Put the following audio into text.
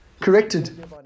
Corrected